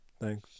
thanks